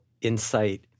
insight